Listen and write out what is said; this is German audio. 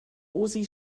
osi